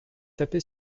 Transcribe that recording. taper